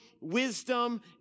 wisdom